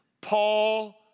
Paul